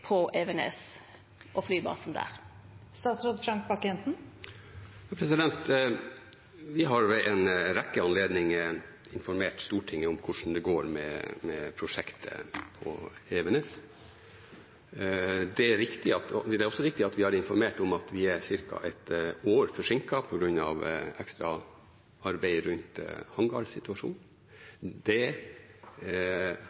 på Evenes og flybasen der? Vi har ved en rekke anledninger informert Stortinget om hvordan det går med prosjektet på Evenes. Det er også riktig at vi har informert om at vi er ca. et år forsinket på grunn av ekstraarbeidet rundt